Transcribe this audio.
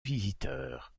visiteurs